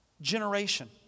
generation